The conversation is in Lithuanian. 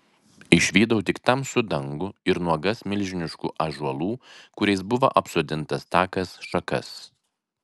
išvydau tik tamsų dangų ir nuogas milžiniškų ąžuolų kuriais buvo apsodintas takas šakas